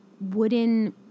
wooden